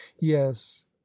yes